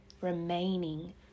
remaining